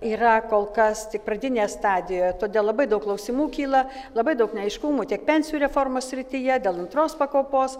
yra kol kas tik pradinėje stadijoje todėl labai daug klausimų kyla labai daug neaiškumų tiek pensijų reformos srityje dėl antros pakopos